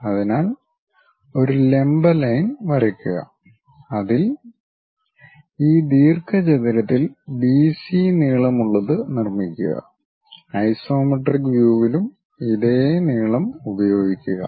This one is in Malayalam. അതിനാൽ ഒരു ലംബ ലൈൻ വരയ്ക്കുക അതിൽ ഈ ദീർഘചതുരത്തിൽ ബിസി നീളമുള്ളത് നിർമ്മിക്കുക ഐസോമെട്രിക് വ്യൂവിലും ഇതേ നീളം ഉപയോഗിക്കുക